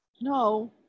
No